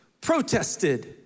protested